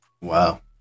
Wow